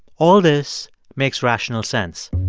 all this makes rational sense.